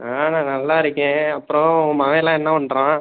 ஆ நான் நல்லா இருக்கேன் அப்புறம் உன் மகன்லாம் என்ன பண்ணுறான்